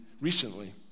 recently